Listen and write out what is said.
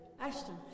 Ashton